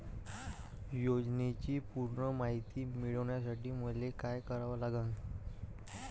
योजनेची पूर्ण मायती मिळवासाठी मले का करावं लागन?